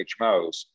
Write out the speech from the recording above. HMOs